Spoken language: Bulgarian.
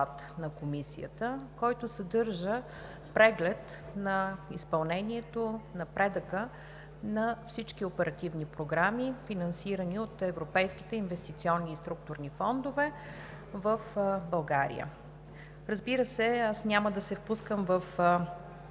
на Комисията, който съдържа преглед на изпълнението, напредъка на всички оперативни програми, финансирани от европейските инвестиционни и структурни фондове в България. Разбира се, аз няма да се впускам в